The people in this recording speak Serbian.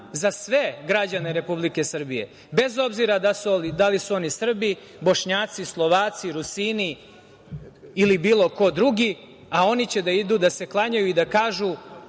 za sve građane Republike Srbije, bez obzira da li su oni Srbi, Bošnjaci, Slovaci, Rusini ili bilo ko drugi, a oni će da idu, da se klanjaju i da kažu